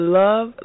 love